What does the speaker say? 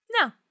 no